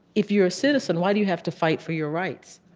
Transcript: if you're a citizen, why do you have to fight for your rights?